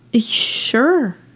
Sure